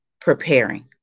Preparing